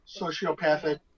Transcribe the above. sociopathic